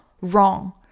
wrong